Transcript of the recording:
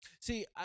See